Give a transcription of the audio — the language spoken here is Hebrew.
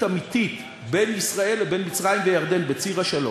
אמיתית בין ישראל לבין מצרים וירדן בציר השלום,